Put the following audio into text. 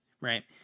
right